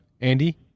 Andy